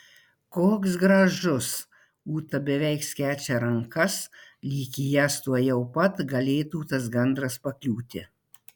koks gražus ūta beveik skečia rankas lyg į jas tuojau pat galėtų tas gandras pakliūti